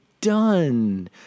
done